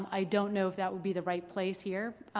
um i don't know if that would be the right place here.